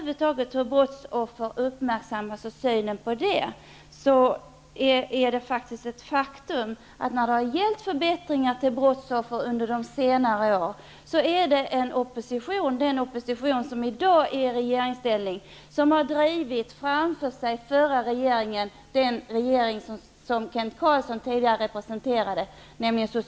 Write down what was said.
Det är ett faktum att det är en opposition, den oppositon som i dag är i regeringsställning, som när det har gällt att genomföra förbättringar av brottsoffrens villkor under senare år har drivit den förra regeringen, den regering som Kent Carlsson tidigare representerade, framför sig.